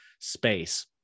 space